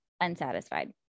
unsatisfied